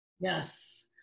Yes